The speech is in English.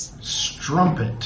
Strumpet